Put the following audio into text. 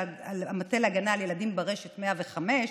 המטה להגנה על ילדים ברשת, 105,